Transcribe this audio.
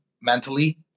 mentally